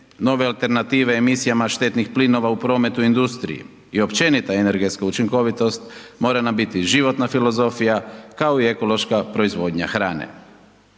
nove alternative emisijama štetnih plinova u prometu i industriji i općenita energetska učinkovitost mora nam biti životna filozofija, kao i ekološka proizvodnja hrane.